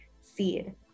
Seed